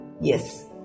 Yes